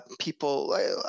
people